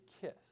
kiss